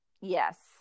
Yes